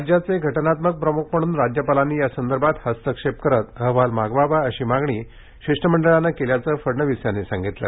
राज्याचे घटनात्मक प्रमुख म्हणून राज्यपालांनी यासंदर्भात हस्तक्षेप करत अहवाल मागवावा अशी मागणी शिष्टमंडळानं केल्याचं फडणवीस यांनी सांगितलं